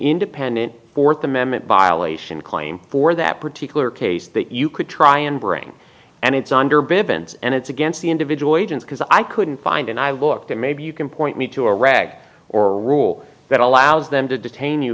independent fourth amendment violation claim for that particular case that you could try and bring and it's under bibbins and it's against the individual agents because i couldn't find and i looked at maybe you can point me to a rag or rule that allows them to detain you